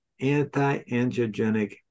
anti-angiogenic